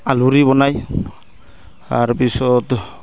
আলুৰে বনায় তাৰপিছত